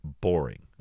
boring